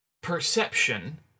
perception